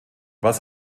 was